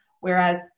whereas